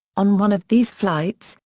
on one of these flights,